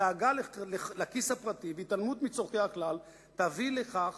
דאגה לכיס הפרטי והתעלמות מצורכי הכלל תביא לכך